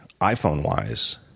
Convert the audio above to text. iPhone-wise